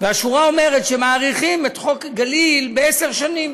והשורה אומרת שמאריכים את חוק הגליל בעשר שנים.